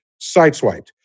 sideswiped